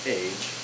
age